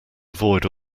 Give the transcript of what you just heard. avoid